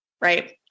right